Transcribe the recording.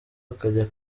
akajya